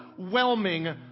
overwhelming